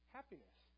Happiness